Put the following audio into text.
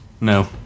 No